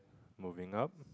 moving up